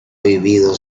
vivido